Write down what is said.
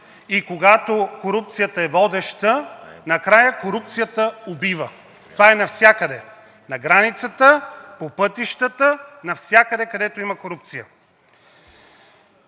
и когато корупцията е водеща, накрая корупцията убива. Това е навсякъде – на границата, по пътищата, навсякъде, където има корупция.